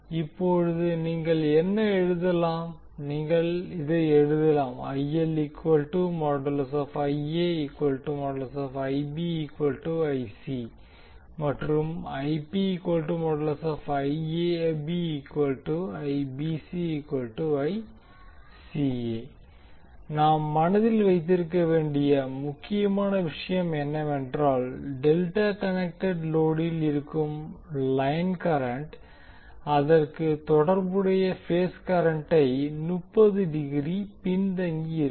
இப்போது நீங்கள் என்ன எழுதலாம் நீங்கள் இதை எழுதலாம் மற்றும் நாம் மனதில் வைத்திருக்க வேண்டிய முக்கியமான விஷயம் என்னவென்றால் டெல்டா கனெக்டெட் லோடில் இருக்கும் லைன் கரண்ட் அதற்கு தொடர்புடைய பேஸ் கரண்டை 30 டிகிரி பின்தங்கி இருக்கும்